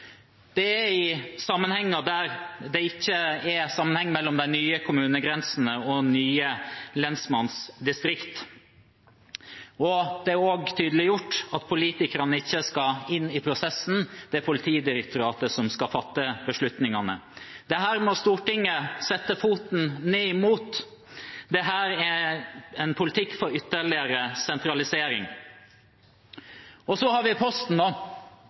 Det er i tilfeller der det ikke er sammenheng mellom de nye kommunegrensene og nye lensmannsdistrikt. Det er også tydeliggjort at politikerne ikke skal inn i prosessen. Det er Politidirektoratet som skal fatte beslutningene. Dette må Stortinget sette foten ned for. Dette er en politikk for ytterligere sentralisering. Så har vi posten